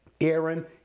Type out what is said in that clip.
Aaron